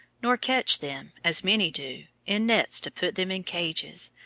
nor catch them, as many do, in nets to put them in cages,